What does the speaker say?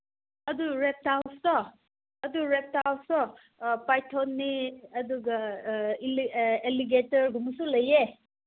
ꯑꯗꯨ ꯔꯦꯞꯇꯥꯏꯜꯁꯇꯣ ꯑꯗꯨ ꯔꯦꯞꯇꯥꯏꯜꯁꯇꯣ ꯄꯥꯏꯊꯣꯟꯅꯦ ꯑꯗꯨꯒ ꯑꯦꯂꯤꯒꯦꯇꯔꯒꯨꯝꯕꯁꯨ ꯂꯩꯌꯦ